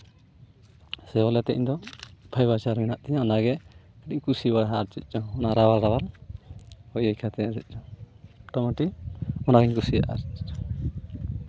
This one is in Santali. ᱥᱮ ᱚᱱᱟᱛᱮ ᱤᱧ ᱫᱚ ᱯᱷᱟᱭᱵᱟᱨ ᱪᱮᱭᱟᱨ ᱢᱮᱱᱟᱜ ᱛᱤᱧᱟ ᱚᱱᱟ ᱜᱮ ᱟᱹᱰᱤ ᱠᱩᱥᱤᱣᱟᱫᱟ ᱪᱮᱫ ᱪᱚᱝ ᱟᱹᱰᱤ ᱨᱟᱣᱟᱞ ᱨᱟᱣᱟᱞ ᱦᱩᱭ ᱠᱟᱛᱮ ᱪᱮᱫ ᱪᱚᱝ ᱢᱚᱴᱟᱢᱩᱴᱤ ᱚᱱᱟᱜᱮᱧ ᱠᱩᱥᱤᱭᱟᱜᱼᱟ ᱟᱨ ᱪᱮᱫ ᱪᱚᱝ